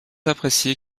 apprécié